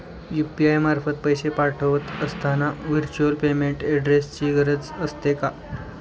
UPI मार्फत पैसे पाठवत असताना व्हर्च्युअल पेमेंट ऍड्रेसची गरज असते का?